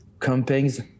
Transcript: campaigns